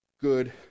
good